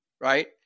right